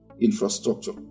infrastructure